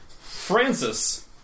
Francis